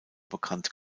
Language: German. bekannt